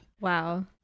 Wow